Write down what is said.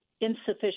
insufficient